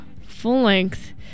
full-length